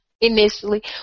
initially